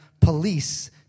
police